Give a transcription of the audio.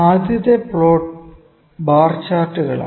ആദ്യത്തെ plot bar ചാർട്ടുകളാണ്